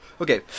Okay